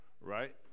right